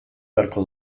beharko